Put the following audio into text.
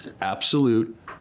absolute